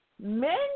Men